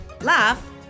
laugh